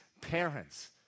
parents